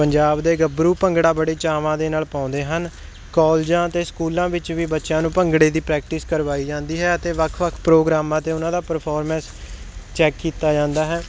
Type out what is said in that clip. ਪੰਜਾਬ ਦੇ ਗੱਭਰੂ ਭੰਗੜਾ ਬੜੇ ਚਾਵਾਂ ਦੇ ਨਾਲ ਪਾਉਂਦੇ ਹਨ ਕੋਲਜਾਂ ਅਤੇ ਸਕੂਲਾਂ ਵਿੱਚ ਵੀ ਬੱਚਿਆਂ ਨੂੰ ਭੰਗੜੇ ਦੀ ਪ੍ਰੈਕਟਿਸ ਕਰਵਾਈ ਜਾਂਦੀ ਹੈ ਅਤੇ ਵੱਖ ਵੱਖ ਪ੍ਰੋਗਰਾਮਾਂ 'ਤੇ ਉਹਨਾਂ ਦਾ ਪਰਫਾਰਮੈਂਸ ਚੈੱਕ ਕੀਤਾ ਜਾਂਦਾ ਹੈ